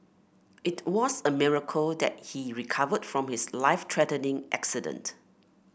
it was a miracle that he recovered from his life threatening accident